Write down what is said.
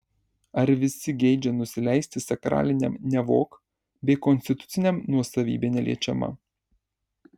ar visi geidžia nusileisti sakraliniam nevok bei konstituciniam nuosavybė neliečiama